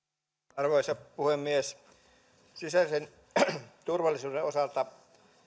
arvoisa puhemies sisäisen turvallisuuden osalta